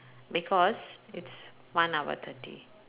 because it's one hour thirty